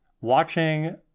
watching